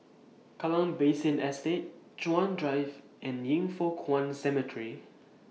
Kallang Basin Estate Chuan Drive and Yin Foh Kuan Cemetery